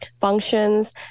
functions